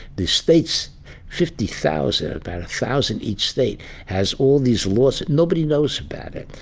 the state's fifty thousand, about a thousand. each state has all these laws. nobody knows about it.